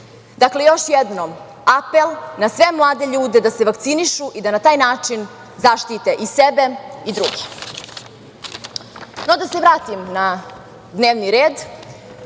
deka. Dakle, još jednom, apel na sve mlade ljude da se vakcinišu i da na taj način zaštite i sebe i druge. Da se vratim na dnevni red.